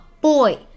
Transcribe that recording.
boy